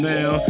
Now